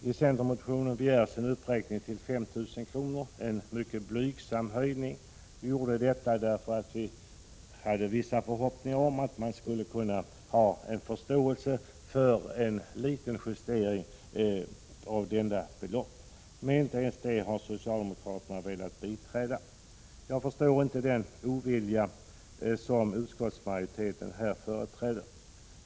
I centermotionen begärs en uppräkning till 5 000 kr., en mycket blygsam höjning. Vi har begärt den höjningen för att vi hade vissa förhoppningar om att socialdemokraterna skulle kunna ha förståelse för behovet av en liten justering av detta belopp. Men inte ens det har socialdemokraterna velat biträda. Jag förstår inte den ovilja som utskottsmajoriteten här företräder.